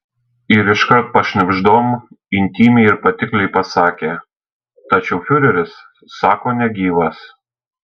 ir iškart pašnibždom intymiai ir patikliai pasakė tačiau fiureris sako negyvas